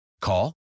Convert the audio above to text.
Call